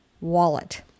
wallet